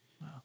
Wow